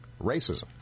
Racism